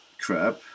crap